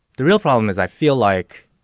the real problem is, i feel like.